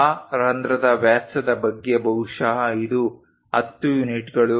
ಆ ರಂಧ್ರದ ವ್ಯಾಸದ ಬಗ್ಗೆ ಬಹುಶಃ ಇದು 10 ಯೂನಿಟ್ಗಳು